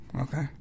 okay